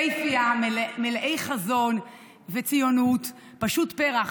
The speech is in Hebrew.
מלאי חזון וציונות, פשוט פרח,